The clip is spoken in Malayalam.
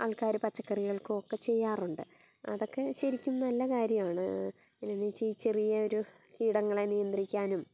ആൾക്കാർ പച്ചക്കറികൾക്ക് ഒക്കെ ചെയ്യാറുണ്ട് അതൊക്കെ ശരിക്കും നല്ല കാര്യവാണ് പിന്നെ ചെറിയൊരു കീടങ്ങളെ നിയന്ത്രിക്കാനും